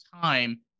time